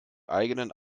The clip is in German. eigenen